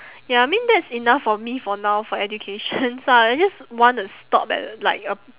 ya I mean that's enough for me for now for education so I just want to stop at like a